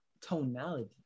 tonality